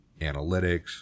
analytics